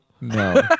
No